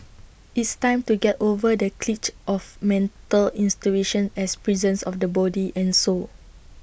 it's time to get over the cliche of mental institutions as prisons of the body and soul